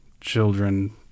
children